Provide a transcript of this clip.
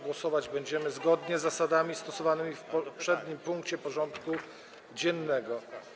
Głosować będziemy zgodnie z zasadami stosowanymi w poprzednim punkcie porządku dziennego.